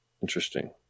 Interesting